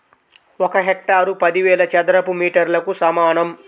ఒక హెక్టారు పదివేల చదరపు మీటర్లకు సమానం